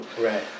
Right